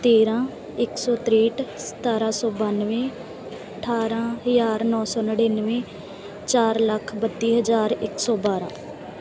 ਤੇਰਾਂ ਇੱਕ ਸੌ ਤਰੇਹਠ ਸਤਾਰਾਂ ਸੌ ਬਾਨਵੇਂ ਅਠਾਰਾਂ ਹਜ਼ਾਰ ਨੌਂ ਸੌ ਨੜਿਨਵੇਂ ਚਾਰ ਲੱਖ ਬੱਤੀ ਹਜ਼ਾਰ ਇੱਕ ਸੌ ਬਾਰਾਂ